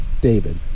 David